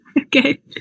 Okay